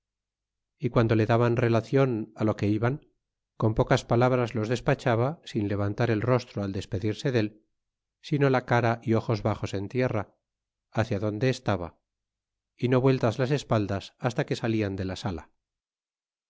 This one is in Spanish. y guando le daban relacion lo que iban con pocas palabras los despachaba sin levantar el rostro al despedirse dél sino la cara ojos baxos en tierra hcia donde estaba e no vueltas las espaldas hasta que salian de la sala